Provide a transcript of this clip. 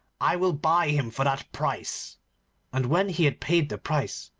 i will buy him for that price and, when he had paid the price,